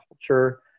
culture